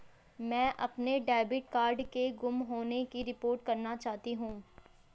मैं अपने debit card के गुम होने की रिपोर्ट करना चाहती हूँ